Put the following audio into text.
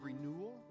renewal